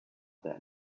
that